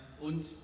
Und